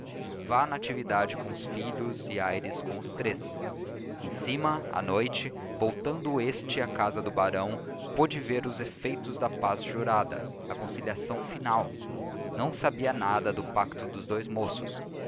vá natividade com os filhos e aires com os três em cima à noite voltando este à casa do barão pôde ver os efeitos da paz jurada a conciliação final não sabia nada do pacto dos dous moços